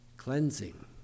Cleansing